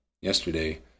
yesterday